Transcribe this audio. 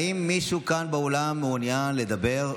האם מישהו כאן באולם מעוניין לדבר?